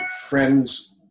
friends